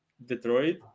Detroit